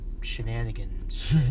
shenanigans